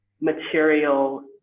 material